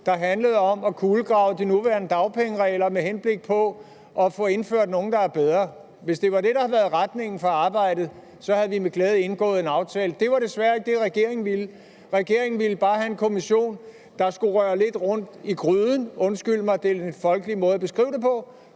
der handlede om at kulegrave de nuværende dagpengeregler med henblik på at få indført nogle, der er bedre. Hvis det var det, der havde været retningen for arbejdet, havde vi med glæde indgået en aftale. Det var desværre ikke det, regeringen ville. Regeringen ville bare have en kommission, der skulle røre lidt rundt i gryden – undskyld den lidt folkelige måde at beskrive det på